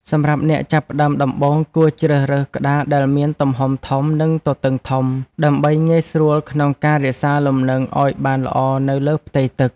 សម្រាប់អ្នកចាប់ផ្ដើមដំបូង គួរជ្រើសរើសក្តារដែលមានទំហំធំ និងទទឹងធំ ដើម្បីងាយស្រួលក្នុងការរក្សាលំនឹងឱ្យបានល្អនៅលើផ្ទៃទឹក។